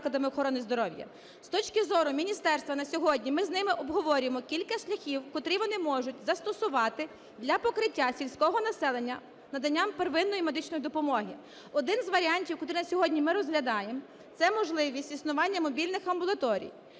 З точки зору міністерства на сьогодні ми з ними обговорюємо кілька шляхів, котрі вони можуть застосувати для покриття сільського населення наданням первинної медичної допомоги. Один з варіантів, котрий на сьогодні ми розглядаємо, це можливість існування мобільних амбулаторій.